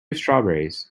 strawberries